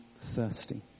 thirsty